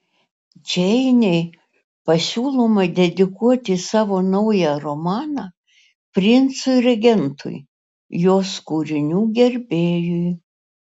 džeinei pasiūloma dedikuoti savo naują romaną princui regentui jos kūrinių gerbėjui